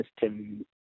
system